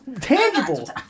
tangible